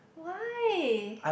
why